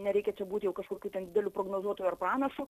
nereikia čia būti jau kažkokiu ten dideliu prognozuotoju ar pranašu